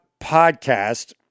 Podcast